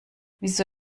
wieso